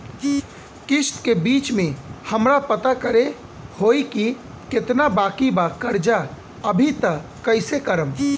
किश्त के बीच मे हमरा पता करे होई की केतना बाकी बा कर्जा अभी त कइसे करम?